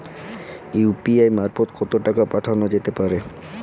UPI মারফত কত টাকা পাঠানো যেতে পারে?